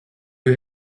you